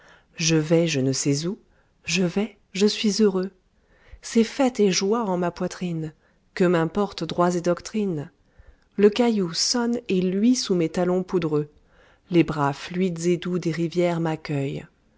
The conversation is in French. je vais je ne sais où je vais je suis heureux c'est fête et joie en ma poitrine que m'importent droits et doctrines le caillou sonne et luit sous mes talons poudreux les bras fluides et doux des rivières m'accueillent